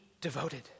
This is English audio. devoted